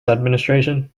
administration